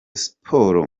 siporo